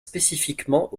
spécifiquement